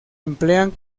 emplean